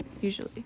usually